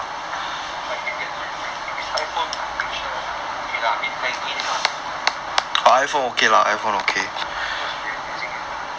if I can get the i~ if its iphone I'm pretty sure okay lah I mean laggy this kind of thing of course I prefer using it lah